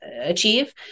achieve